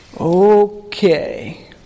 Okay